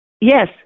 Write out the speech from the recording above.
Yes